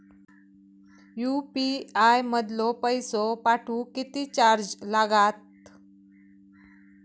UPI मधलो पैसो पाठवुक किती चार्ज लागात?